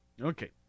Okay